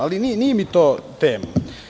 Ali, nije mi to tema.